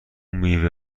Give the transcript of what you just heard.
میوه